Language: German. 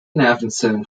nervenzellen